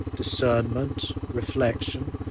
discernment, reflection,